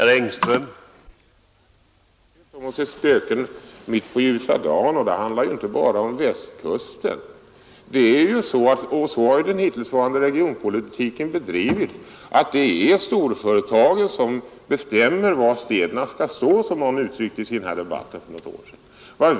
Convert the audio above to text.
Herr talman! Det handlar inte om att se spöken på ljusa dagen, och det handlar inte bara om Västkusten. Den hittillsvarande regionpolitiken har ju bedrivits så att storföretagen bestämmer var städerna skall stå, som det uttrycktes i en debatt för något år sedan.